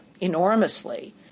enormously